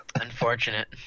Unfortunate